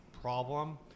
problem